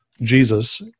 Jesus